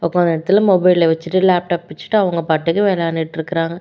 உக்கார்ந்த இடத்துல மொபைலை வெச்சுட்டு லேப்டாப் வெச்சுட்டு அவங்க பாட்டுக்கு விளையாண்டுட்ருக்குறாங்க